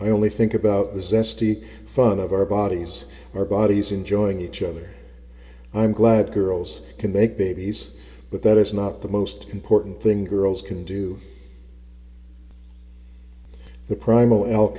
i only think about the zesty fun of our bodies our bodies enjoying each other i'm glad girls can make babies but that is not the most important thing girls can do the primal al